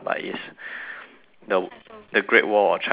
the the great wall of china is holding it